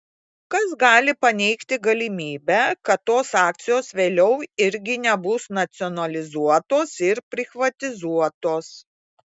kas gali paneigti galimybę kad tos akcijos vėliau irgi nebus nacionalizuotos ir prichvatizuotos